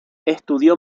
estudió